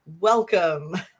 Welcome